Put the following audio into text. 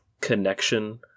Connection